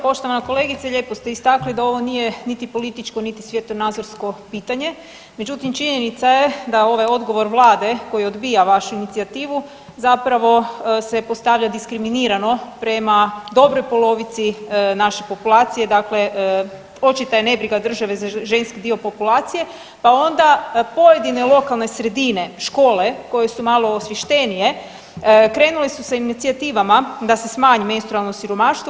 Poštovana kolegice lijepo ste istakli da ovo nije niti političko niti svjetonazorsko pitanje, međutim činjenica je da ovaj odgovor Vlade koji odbija vašu inicijativu zapravo se postavlja diskriminirano prema dobroj polovici naše populacije, dakle očito je nebriga države za ženski dio populacije pa onda pojedine lokalne sredine škole koje su malo osvještenije krenule su sa inicijativama da se smanji menstrualno siromaštvo.